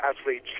athletes